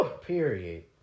period